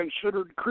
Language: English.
considered